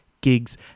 gigs